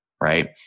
Right